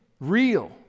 real